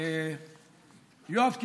יואב קיש,